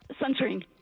sunscreen